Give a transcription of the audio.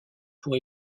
pour